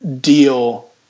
deal